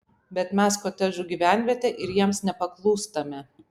bet mes kotedžų gyvenvietė ir jiems nepaklūstame